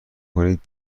کنید